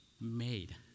made